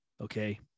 okay